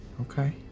Okay